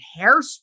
Hairspray